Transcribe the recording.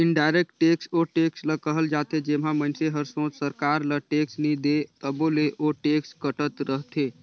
indirect tax ओ tax ल कहल जाथे जेम्हां मइनसे हर सोझ सरकार ल टेक्स नी दे तबो ले ओ टेक्स कटत रहथे